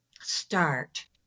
start